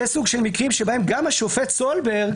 זה סוג של מקרים שבהם גם השופט סולברג